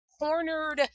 cornered